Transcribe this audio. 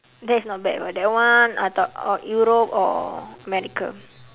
that's not bad [what] that one I thought or europe or america